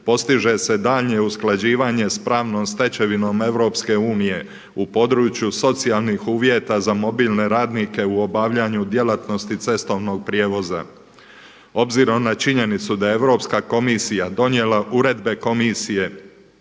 postiže se daljnje usklađivanje sa pravnom stečevinom Europske unije u području socijalnih uvjeta za mobilne radnike u obavljanju djelatnosti cestovnog prijevoza. Obzirom na činjenicu da je Europska komisija donijela uredbe komisije